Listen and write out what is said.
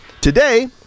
Today